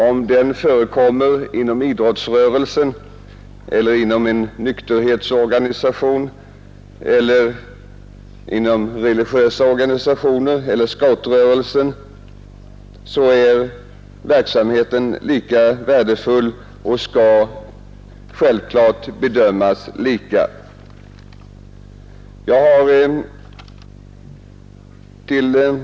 Om den förekommer inom idrottsrörelsen, inom en nykterhetsorganisation, inom en religiös organisation eller inom scoutrörelsen är verksamheten lika värdefull. Alla organisationer skall självklart bedömas lika, och därmed också ha samma anslag.